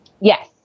Yes